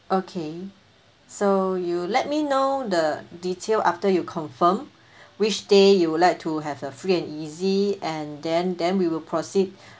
okay so you let me know the detail after you confirmed which day you would like to have a free and easy and then then we will proceed